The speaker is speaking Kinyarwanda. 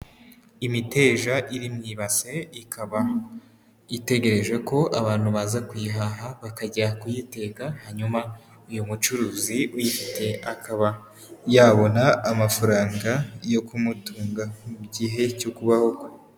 Imiteja iri mu ibase ikaba itegereje ko abantu baza kuyihaha bakajya kuyitekaka hanyuma uyu mucuruzi uyifite akaba yabona amafaranga yo kumutunga mu gihe cyo kubaho kwe.